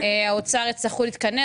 האוצר יצטרכו להתכנס.